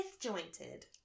disjointed